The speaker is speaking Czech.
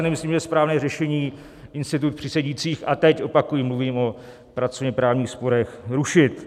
Nemyslím si, že je správné řešení institut přísedících, a teď opakuji, mluvím o pracovněprávních sporech rušit.